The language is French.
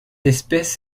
espèce